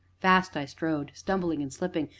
fast i strode, stumbling and slipping,